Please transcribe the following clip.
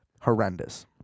Horrendous